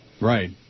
Right